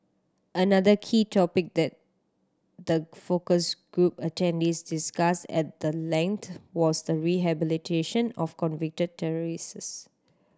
another key topic that the focus group attendees discussed at the length was the rehabilitation of convicted terrorists